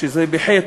שזה בחי"ת,